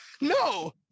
no